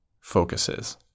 focuses